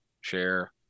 share